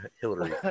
Hillary